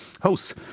Hosts